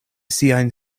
siajn